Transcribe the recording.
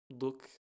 look